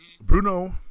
bruno